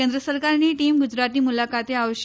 કેન્દ્ર સરકારની ટીમ ગુજરાતની મુલાકાતે આવશે